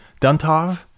Duntov